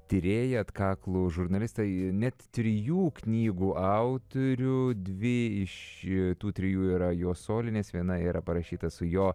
tyrėją atkaklų žurnalistą net trijų knygų autorių dvi iš tų trijų yra jo solinės viena yra parašyta su jo